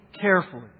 carefully